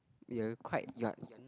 you are quite you are you are